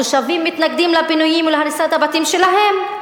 התושבים מתנגדים לפינויים ולהריסת הבתים שלהם,